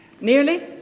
Nearly